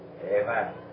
Amen